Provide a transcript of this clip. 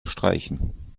streichen